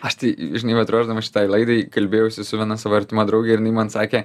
aš tai žinai vat ruošdamasis šitai laidai kalbėjausi su viena savo artima drauge ir jinai man sakė